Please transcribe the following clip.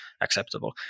acceptable